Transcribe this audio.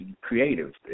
creative